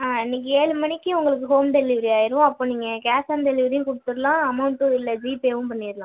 ஆ இன்னிக்கு ஏழு மணிக்கு உங்களுக்கு ஹோம் டெலிவரி ஆகிரும் அப்போது நீங்கள் கேஷ் ஆன் டெலிவரியும் கொடுத்துட்லாம் அமௌண்ட்டு இல்லை ஜிபேயும் பண்ணிடலாம்